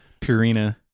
purina